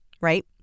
right